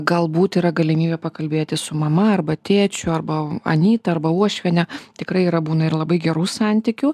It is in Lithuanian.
galbūt yra galimybė pakalbėti su mama arba tėčiu arba anyta arba uošviene tikrai yra būna ir labai gerų santykių